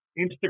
Instagram